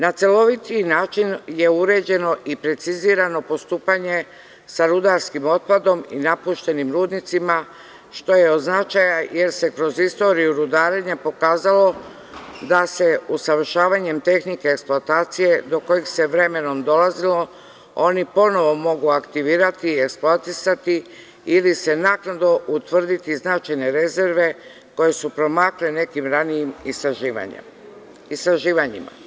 Na celovitiji način je uređeno i precizirano postupanje sa rudarskim otpadom i napuštenim rudnicima, što je od značaja, jer se kroz istoriju rudarenjem pokazalo da se usavršavanjem tehnike eksploatacije do kojih se vremenom dolazilo oni ponovo mogu aktivirati i eksploatisati ili se naknadno utvrditi značajne rezerve koje su promakle nekim ranijim istraživanjima.